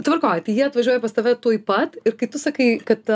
tvarkoj tai jie atvažiuoja pas tave tuoj pat ir kai tu sakai kad